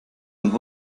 ihren